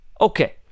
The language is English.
Okay